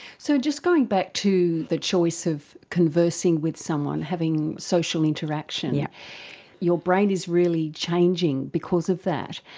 so just going back to the choice of conversing with someone, having social interaction, yeah your brain is really changing because of that.